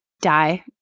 die